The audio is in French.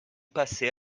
passait